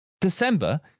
December